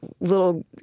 little